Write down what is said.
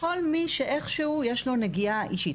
כל מי שאיכשהו יש לו נגיעה אישית.